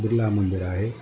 बिर्ला मंदरु आहे